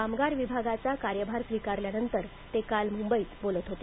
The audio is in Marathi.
कामगार विभागाचा कार्यभार स्वीकारल्यानतर ते काल मुंबईत बोलत होते